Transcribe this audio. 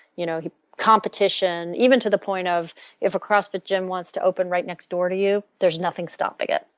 you know competition, even to the point of if a crossfit gym wants to open right next door to you, there is nothing stopped again.